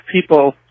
people